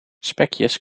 spekjes